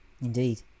Indeed